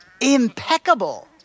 Impeccable